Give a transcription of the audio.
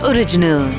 Original